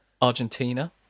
Argentina